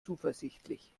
zuversichtlich